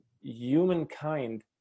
humankind